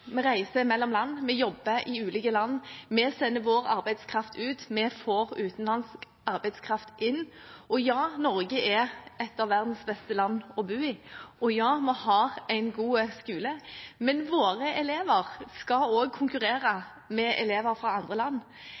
Vi reiser mellom land, vi jobber i ulike land, vi sender vår arbeidskraft ut, og vi får utenlandsk arbeidskraft inn. Ja, Norge er et av verdens beste land å bo i, og ja, vi har en god skole, men våre elever skal også konkurrere med elever fra andre land.